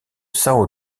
são